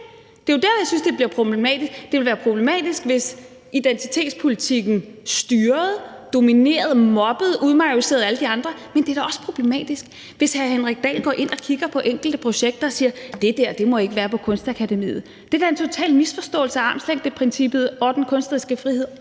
Det er jo der, jeg synes det bliver problematisk. Det ville være problematisk, hvis identitetspolitikken styrede, dominerede, mobbede, udmanøvrerede alle de andre, men det er da også problematisk, hvis hr. Henrik Dahl går ind og kigger på enkelte projekter og siger, at det der ikke må være på Kunstakademiet, for det er da en total misforståelse af armslængdeprincippet og den kunstneriske frihed